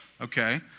okay